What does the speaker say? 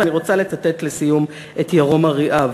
אני רוצה לצטט לסיום את ירום אריאב,